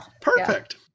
Perfect